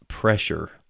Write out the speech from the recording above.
pressure